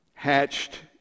hatched